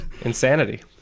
insanity